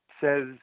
says